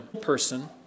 person